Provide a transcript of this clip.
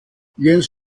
jens